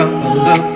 love